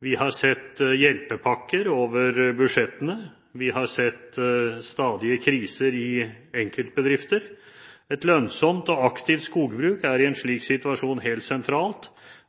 Vi har sett hjelpepakker over budsjettene. Vi har sett stadige kriser i enkeltbedrifter. Et lønnsomt og aktivt skogbruk er i en slik situasjon helt sentralt,